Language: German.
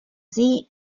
sie